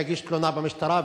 שיגיש תלונה במשטרה,